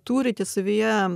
turite savyje